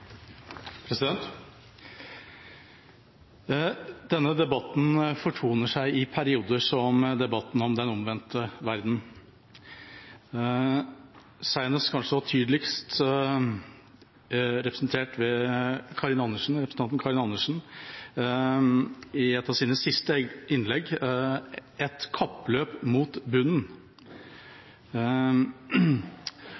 Denne debatten fortoner seg i perioder som debatten om den omvendte verdenen, senest og tydeligst representert ved representanten Karin Andersen i et av hennes siste innlegg: et kappløp mot bunnen.